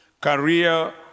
career